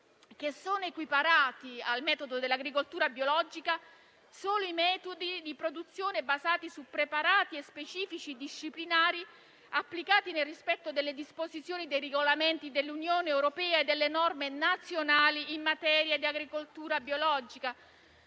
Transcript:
che sono equiparati al metodo dell'agricoltura biologica solo i metodi di produzione basati su preparati e specifici disciplinari applicati nel rispetto delle disposizioni dei regolamenti dell'Unione europea e delle norme nazionali in materia di agricoltura biologica.